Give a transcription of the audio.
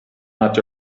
not